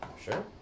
Sure